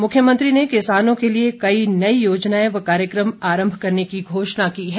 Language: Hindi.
मुख्यमंत्री ने किसानों के लिए कई नई योजनाएं व कार्यक्रम आरम्भ करने की घोषणा की है